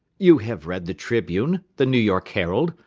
you have read the tribune, the new york herald,